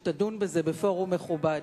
כדי שתדון בזה בפורום מכובד.